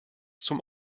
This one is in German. zum